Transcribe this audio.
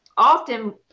often